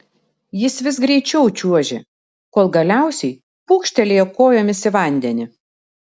jis vis greičiau čiuožė kol galiausiai pūkštelėjo kojomis į vandenį